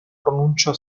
pronuncia